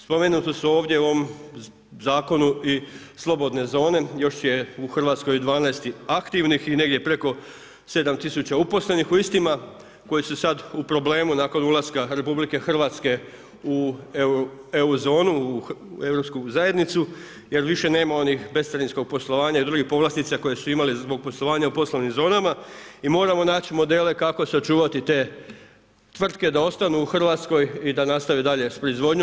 Spomenuta su u ovom zakonu i slobodne zone, još je u Hrvatskoj 12 aktivnih i negdje preko 7 tisuća uposlenih u istima koji su sada u problemu nakon ulaska RH u EU zonu u Europsku zajednicu jer više nema onih bescarinskog poslovanja i drugih povlastica koje su imali zbog poslovanja u poslovnim zonama i moramo naći modele kako sačuvati te tvrtke da ostanu u Hrvatskoj i da nastave dalje s proizvodnjom.